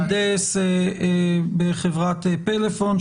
מהנדס מחברת פלאפון,